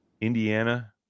Indiana